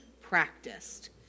practiced